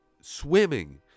swimming